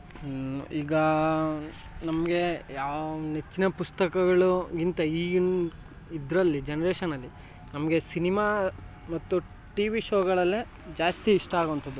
ಈಗ ನಮಗೆ ಯಾವ ನೆಚ್ಚಿನ ಪುಸ್ತಕಗಳು ಇಂಥ ಈಗಿನ ಇದರಲ್ಲಿ ಜನ್ರೇಷನಲ್ಲಿ ನಮಗೆ ಸಿನಿಮಾ ಮತ್ತು ಟಿವಿ ಶೋಗಳಲ್ಲೆ ಜಾಸ್ತಿ ಇಷ್ಟ ಆಗೋಂಥದ್ದು